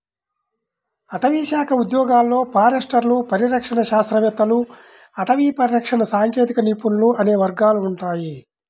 అటవీశాఖ ఉద్యోగాలలో ఫారెస్టర్లు, పరిరక్షణ శాస్త్రవేత్తలు, అటవీ పరిరక్షణ సాంకేతిక నిపుణులు అనే వర్గాలు ఉంటాయి